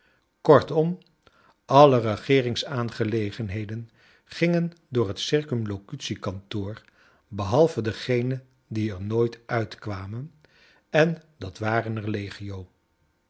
kortom alle regeeringsaangelegenheden gingen door het circumlocutie kantoor behalve degene die er nooit uitkwamen en dat waren er legio